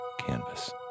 canvas